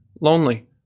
lonely